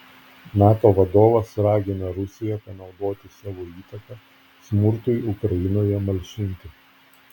nato vadovas ragina rusiją panaudoti savo įtaką smurtui ukrainoje malšinti